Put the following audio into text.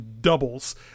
doubles